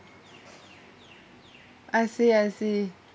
I see I see